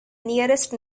nearest